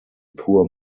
poor